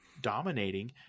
dominating